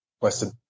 question